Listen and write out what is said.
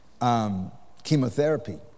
chemotherapy